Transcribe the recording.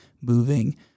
moving